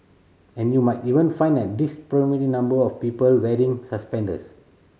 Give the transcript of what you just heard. and you might even find a disproportionate number of people wearing suspenders